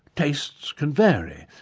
tastes can vary,